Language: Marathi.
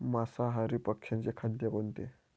मांसाहारी पक्ष्याचे खाद्य कोणते?